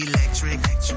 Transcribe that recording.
Electric